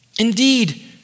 Indeed